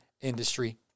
Industry